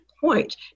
point